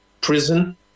prison